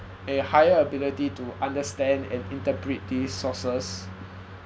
a higher ability to understand and interpret these sources